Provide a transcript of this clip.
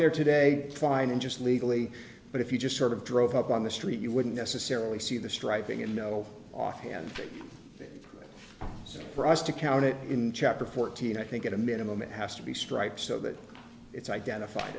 there today fine and just legally but if you just sort of drove up on the street you wouldn't necessarily see the striping and know offhand so for us to count it in chapter fourteen i think at a minimum it has to be stripes so that it's identified